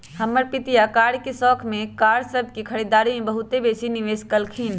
हमर पितिया कार के शौख में कार सभ के खरीदारी में बहुते बेशी निवेश कलखिंन्ह